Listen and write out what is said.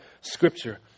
Scripture